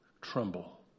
tremble